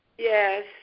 Yes